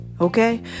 Okay